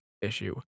issue